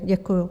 Děkuju.